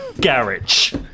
Garage